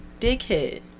dickhead